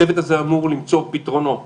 הצוות הזה אמור למצוא פתרונות.